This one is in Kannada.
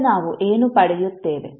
ಈಗ ನಾವು ಏನು ಪಡೆಯುತ್ತೇವೆ